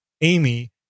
Amy